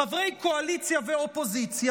חברי קואליציה ואופוזיציה,